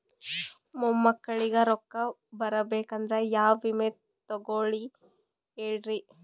ಮೊಮ್ಮಕ್ಕಳಿಗ ರೊಕ್ಕ ಬರಬೇಕಂದ್ರ ಯಾ ವಿಮಾ ತೊಗೊಳಿ ಹೇಳ್ರಿ?